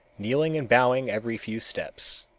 kneeling and bowing every few steps.